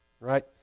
right